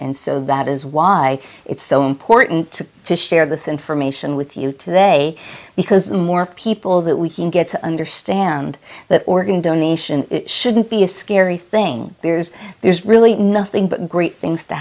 and so that is why it's so important to share this information with you today because the more people that we can get to understand that organ donation shouldn't be a scary thing there's there's really nothing but great things to